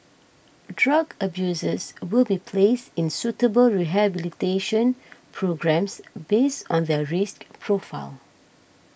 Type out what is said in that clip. drug abusers will be placed in suitable rehabilitation programmes based on their risk profile